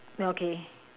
okay